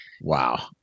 Wow